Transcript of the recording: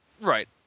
Right